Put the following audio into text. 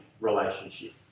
relationship